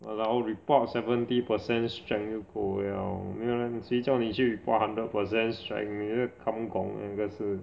walao report seventy percent strength 就够 liao 没有人谁叫你去 report hundred percent strength 你 kam gong 那个是